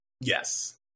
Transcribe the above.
Yes